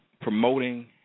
promoting